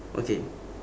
okay